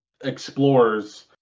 explores